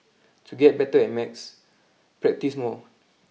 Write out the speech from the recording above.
to get better at maths practise more